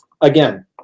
again